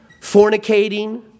fornicating